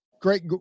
great